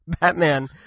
Batman